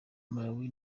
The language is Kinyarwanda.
malawi